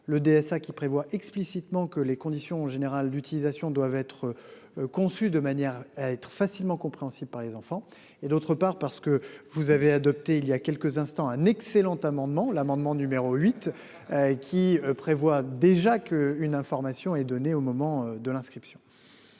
le DSA, qui prévoit explicitement que les conditions générales d'utilisation doivent être. Conçus de manière à être facilement compréhensibles par les enfants, et d'autre part parce que vous avez adoptée il y a quelques instants un excellent amendement l'amendement numéro 8. Qui prévoit déjà qu'une information est donnée au moment de l'inscription.